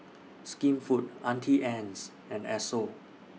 Skinfood Auntie Anne's and Esso